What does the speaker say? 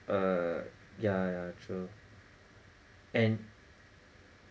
err ya ya true and